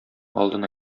алдына